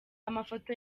amafoto